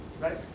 right